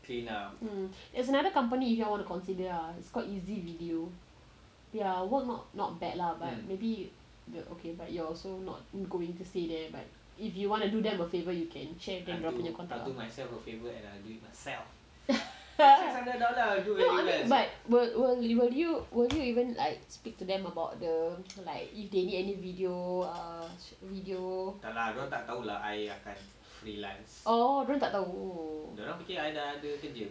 there is another company if you all want to consider ah it's quite easy video ya work not bad lah but maybe the okay but you also not going to stay there but if you want to do them a favour you can check it no but will will will you will you even like speak to them about the like if they need any video